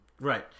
Right